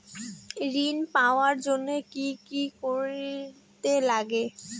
ঋণ পাওয়ার জন্য কি কি করতে লাগে?